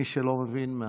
מי מהחדשים שלא מבין,